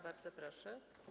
Bardzo proszę.